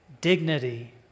dignity